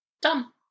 done